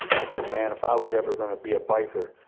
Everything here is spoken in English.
i said, man, if i was ever going to be a biker,